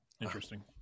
Interesting